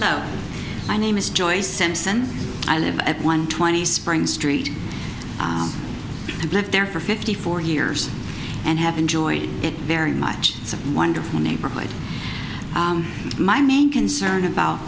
now my name is joyce simpson i live at one twenty spring street and lived there for fifty four years and have enjoyed it very much it's a wonderful neighborhood my main concern about